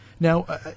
Now